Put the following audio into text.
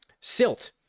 Silt